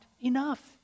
enough